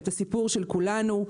את הסיפור של כולנו.